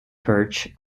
perch